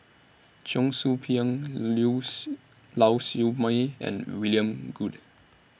Cheong Soo Pieng Lau Siew Mei and William Goode